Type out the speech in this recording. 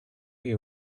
you